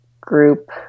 group